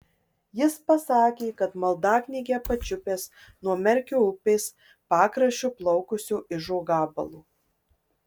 jis pasakė kad maldaknygę pačiupęs nuo merkio upės pakraščiu plaukusio ižo gabalo